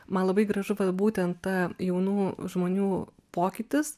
man labai gražu vat būtent ta jaunų žmonių pokytis